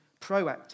proactive